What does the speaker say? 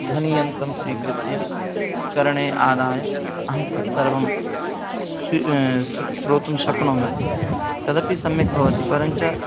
ध्वनियन्त्रं स्वीकृत्य कर्णे आदाय अहं तत् सर्वं स्वि स्र् श्रोतुं शक्नोमि तदपि सम्यक् भवति परञ्च